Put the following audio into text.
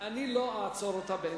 אני לא אעצור אותה באמצע.